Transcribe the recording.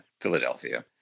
Philadelphia